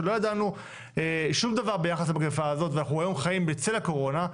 שלא ידענו שום דבר ביחס למגפה הזאת ואנחנו היום חיים בצל הקורונה,